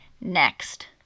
next